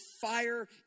fire